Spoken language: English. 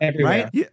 Right